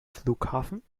flughafen